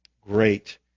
Great